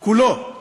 כולו.